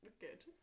good